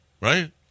Right